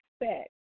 expect